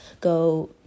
go